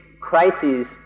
crises